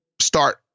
start